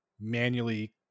manually